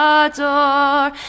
adore